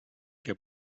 què